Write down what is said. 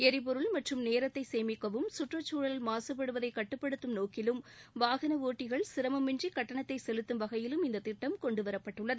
எரிபொருள் மற்றும் நேரத்தை சேமிக்கவும் கற்றுக்சூழல் மாசுபடுவதை கட்டுப்படுத்தும் நோக்கிலும் வாகள ஒட்டிகள் சிரமமின்றி கட்டணத்தை செலுத்தும் வகையில் இந்தத் திட்டம் கொண்டுவரப்பட்டுள்ளது